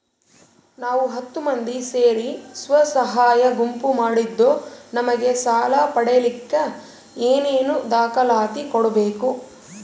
ನಾವು ಹತ್ತು ಮಂದಿ ಸೇರಿ ಸ್ವಸಹಾಯ ಗುಂಪು ಮಾಡಿದ್ದೂ ನಮಗೆ ಸಾಲ ಪಡೇಲಿಕ್ಕ ಏನೇನು ದಾಖಲಾತಿ ಕೊಡ್ಬೇಕು?